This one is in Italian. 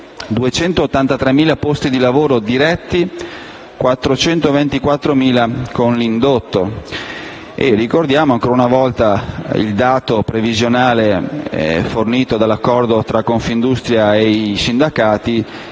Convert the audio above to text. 283.000 posti di lavoro diretti e 424.000 con l'indotto. Ricordiamo ancora una volta il dato previsionale fornito dall'accordo tra Confindustria e i sindacati,